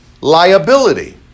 liability